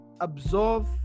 absorb